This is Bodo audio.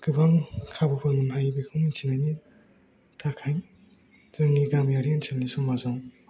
गोबां खाबुखौ मोननो हायो बेखौ मिथिनायनि थाखाय जोंनि गामियारि ओनसोलनि समाजाव